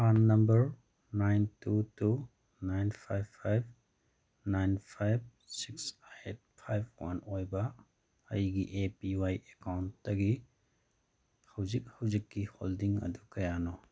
PRAN number nine two two nine five five nine five six eight five one ꯑꯣꯏꯕ ꯑꯩꯒꯤ A P Y ꯑꯦꯀꯥꯎꯟꯇꯒꯤ ꯍꯧꯖꯤꯛ ꯍꯧꯖꯤꯛꯀꯤ holding ꯑꯗꯨ ꯀꯌꯥꯅꯣ